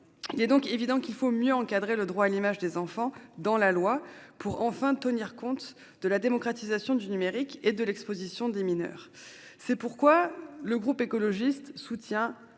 est-il évident qu'il nous faut mieux encadrer le droit à l'image des enfants dans la loi pour enfin tenir compte de la démocratisation du numérique et de l'exposition des mineurs. C'est pourquoi le groupe écologiste soutient